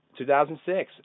2006